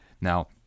now